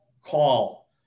call